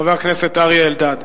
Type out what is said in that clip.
חבר הכנסת אריה אלדד.